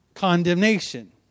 Condemnation